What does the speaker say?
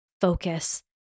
focus